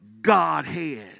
Godhead